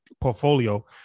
portfolio